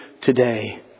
today